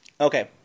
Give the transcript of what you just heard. Okay